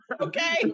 Okay